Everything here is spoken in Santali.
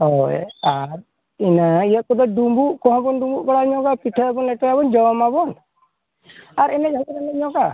ᱦᱳᱭ ᱟᱨ ᱤᱱᱟᱹ ᱤᱭᱟᱹ ᱠᱚᱫᱚ ᱰᱩᱵᱩᱜ ᱠᱚᱦᱚᱸ ᱵᱚᱱ ᱰᱩᱵᱩᱜ ᱵᱟᱲᱟ ᱧᱚᱜᱼᱟ ᱯᱤᱴᱷᱟᱹᱭᱟᱵᱚᱱ ᱞᱟᱴᱷᱟᱭᱟᱵᱚᱱ ᱡᱚᱢ ᱟᱵᱚᱱ ᱟᱨ ᱮᱱᱮᱡ ᱦᱚᱵᱚᱱ ᱮᱱᱮᱡ ᱧᱚᱜᱟ